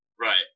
Right